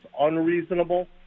unreasonable